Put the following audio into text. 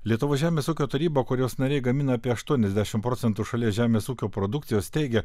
lietuvos žemės ūkio taryba kurios nariai gamina apie aštuoniasdešim procentų šalies žemės ūkio produkcijos teigia